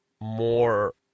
more